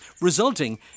resulting